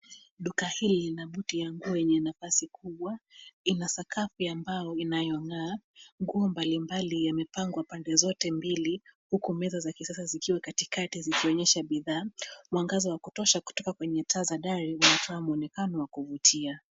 Duka hili lina boot ya nguo yenye nafasi kubwa. Ina sakafu ya mbao inayong'aa. Nguo mbalimbali yamepangwa pande zote mbili huku meza za kisasa zikiwa katikati kuonyesha bidhaa. Mwangaza wa kutosha kutoka kwenye taa za dari unatoa mwonekano wa kuvutia.